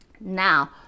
now